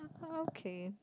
okay